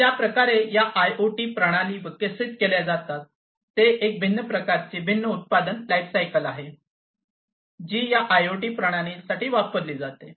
तर ज्या प्रकारे या आयओटी प्रणाली विकसित केल्या जातात ते एक प्रकारची भिन्न उत्पादन लाइफसायकल आहे जी या आयओटी प्रणालींसाठी वापरली जाते